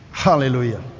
hallelujah